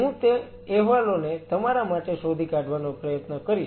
હું તે અહેવાલોને તમારા માટે શોધી કાઢવાનો પ્રયત્ન કરીશ